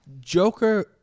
Joker